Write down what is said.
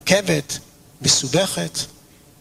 כבד מסובכת.